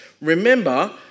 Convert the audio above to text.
remember